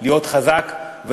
להיות חזק.